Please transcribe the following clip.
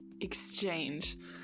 exchange